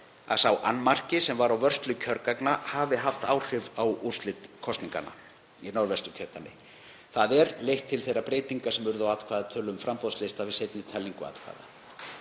að sá annmarki sem var á vörslu kjörgagna hafi haft áhrif á úrslit kosninganna í Norðvesturkjördæmi, þ.e. leitt til þeirra breytinga sem urðu á atkvæðatölum framboðslista við seinni talningu atkvæða.